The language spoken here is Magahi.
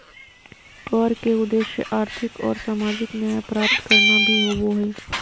कर के उद्देश्य आर्थिक और सामाजिक न्याय प्राप्त करना भी होबो हइ